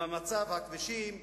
במצב הכבישים,